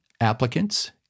applicants